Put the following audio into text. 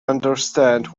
understand